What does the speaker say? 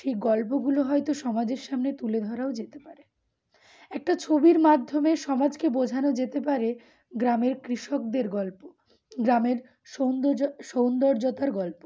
সেই গল্পগুলো হয়তো সমাজের সামনে তুলে ধরাও যেতে পারে একটা ছবির মাধ্যমে সমাজকে বোঝানো যেতে পারে গ্রামের কৃষকদের গল্প গ্রামের সৌন্দর্য সৌন্দর্যতার গল্প